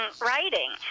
writing